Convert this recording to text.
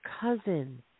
Cousin